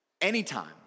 Anytime